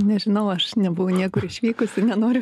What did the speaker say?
nežinau aš nebuvau niekur išvykusi ir nenoriu